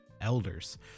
elders